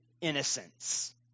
innocence